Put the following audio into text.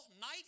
night